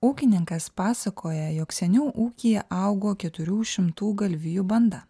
ūkininkas pasakoja jog seniau ūkyje augo keturių šimtų galvijų banda